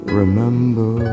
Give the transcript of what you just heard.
remember